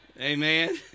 Amen